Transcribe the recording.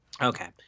Okay